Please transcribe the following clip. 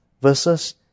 versus